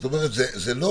זאת אומרת, זה לא